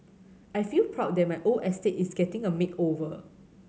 I feel proud that my old estate is getting a makeover